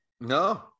No